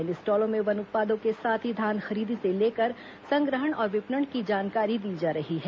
इन स्टॉलों में वन उत्पादों के साथ ही धान खरीदी से लेकर संग्रहण और विपणन की जानकारी दी जा रही है